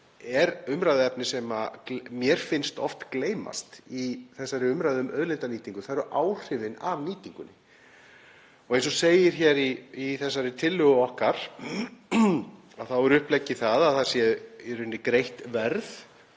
er umræðuefni sem mér finnst oft gleymast í þessari umræðu um auðlindanýtingu, en það eru áhrifin af nýtingunni. Eins og segir í þessari tillögu okkar þá er uppleggið að það sé í rauninni greitt verð